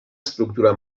estructura